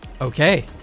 Okay